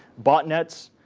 botnets.